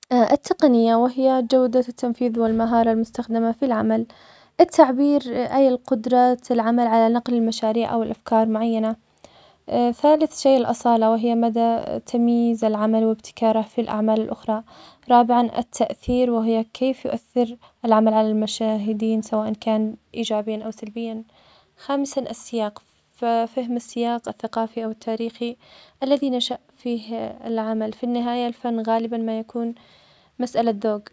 التقنية وهي جودة التنفيذ والمهارة المستخدمة في العمل, التعبير أي القدرات العمل على نقل المشاريع أو الأفكار المعينة ثالث شيء الأصالة وهي مدى تمييز العمل وابتكاره في الأعمال الأخرى, رابعاً التاثير وهي كيف يؤثر العمل على المشاهدين سواء كان إيجابياً أو سلبياً, خامساً السياق ففهم السياق الثقافي أو التاريخي الذي نشأ فيه العمل في النهاية الفن غالباً ما يكون مسأله ذوق.